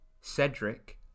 Cedric